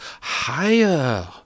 higher